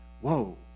whoa